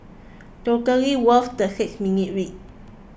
totally worth the six minutes read